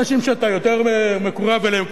אנשים שאתה יותר מקורב אליהם,